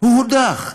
הוא הודח.